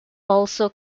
also